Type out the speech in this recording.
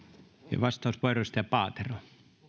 ja vastauspuheenvuoro edustaja paatero